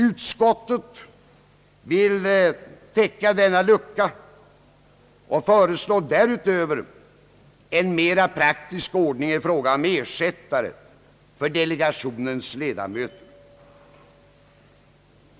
Utskottet vill täcka denna lucka och föreslår en mera praktisk ordning i fråga om ersättare för delegationens ledamöter.